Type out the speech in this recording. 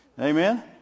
Amen